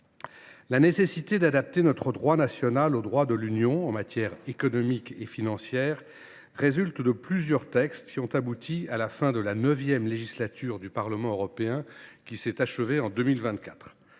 La nécessité d’adapter notre droit national à la législation européenne en matière économique et financière résulte de plusieurs textes européens adoptés à la fin de la neuvième législature du Parlement européen, qui s’est achevée en 2024.